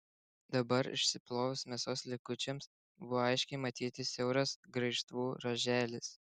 dabar išsiplovus mėsos likučiams buvo aiškiai matyti siauras graižtvų ruoželis